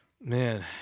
man